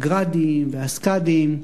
ה"גראדים" וה"סקאדים"